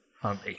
Honey